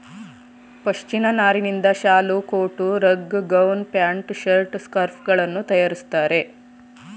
ಪಶ್ಮಿನ ನಾರಿನಿಂದ ಶಾಲು, coat, rug, gown, pant, shirt, scarf ಗಳನ್ನು ತರಯಾರಿಸ್ತರೆ